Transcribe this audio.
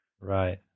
Right